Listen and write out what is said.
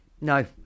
no